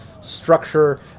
structure